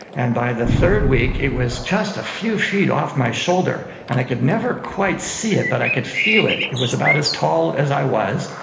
and by the third week it was just a few feet off my shoulder. and i could never quite see it but i could feel it. it it was about as tall as i was,